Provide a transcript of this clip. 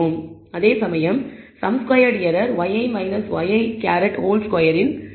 அதேசமயம் sum squared error yi ŷi2 இன் கூட்டுத் தொகையாகும்